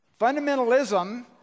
Fundamentalism